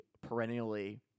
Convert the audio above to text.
perennially